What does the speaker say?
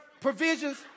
provisions